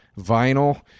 vinyl